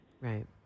Right